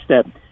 step